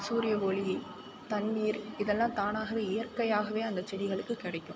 சூரியஒளி தண்ணீர் இதெல்லாம் தானாகவே இயற்கையாகவே அந்த செடிகளுக்கு கிடைக்கும்